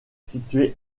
situé